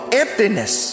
emptiness